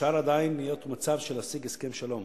אפשר עדיין להיות במצב של להשיג הסכם שלום,